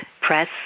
press